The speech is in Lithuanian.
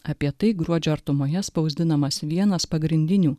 apie tai gruodžio artumoje spausdinamas vienas pagrindinių